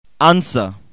Answer